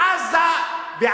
בעזה הם לומדים.